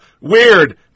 weird